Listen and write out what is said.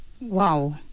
Wow